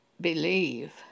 believe